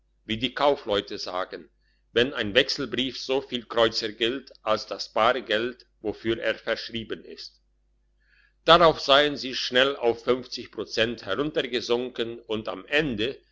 wie die kaufleute sagen wenn ein wechselbrief so viel kr gilt als das bare geld wofür er verschrieben ist drauf seien sie schnell auf prozent heruntergesunken und am ende